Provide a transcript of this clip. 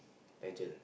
agent